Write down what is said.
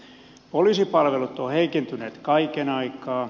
poliisipalvelut ovat heikentyneet kaiken aikaa